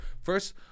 first